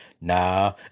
nah